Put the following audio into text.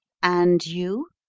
and you?